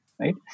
Right